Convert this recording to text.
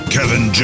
Kevin